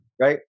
Right